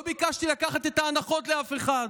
לא ביקשתי לקחת את ההנחות לאף אחד,